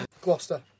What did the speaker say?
Gloucester